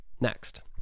Next